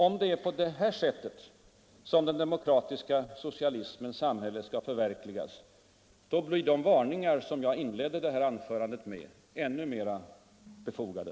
Om det är på det här sättet som den demokratiska socialismens samhälle skall förverkligas, blir de varningar som jag inledde detta anförande med ännu mer befogade.